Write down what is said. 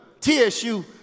TSU